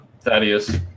Thaddeus